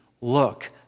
look